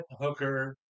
hooker